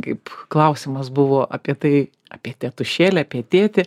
kaip klausimas buvo apie tai apie tėtušėlį apie tėtį